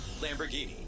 Lamborghini